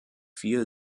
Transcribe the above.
vier